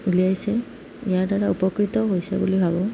উলিয়াইছে ইয়াৰদ্বাৰা উপকৃতও হৈছে বুলি ভাবোঁ